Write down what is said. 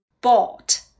bought